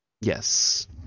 yes